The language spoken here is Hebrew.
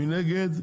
מי נגד?